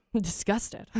disgusted